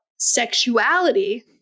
sexuality